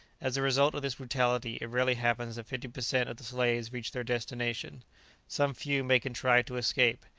as the result of this brutality it rarely happens that fifty per cent of the slaves reach their destination some few may contrive to escape,